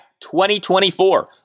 2024